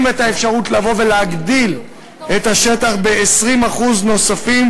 את האפשרות להגדיל את השטח ב-20% נוספים,